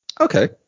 Okay